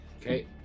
Okay